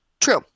True